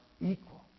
equal